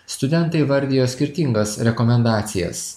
studentai vardijo skirtingas rekomendacijas